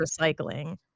recycling